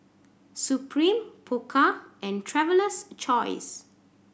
Supreme Pokka and Traveler's Choice